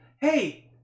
Hey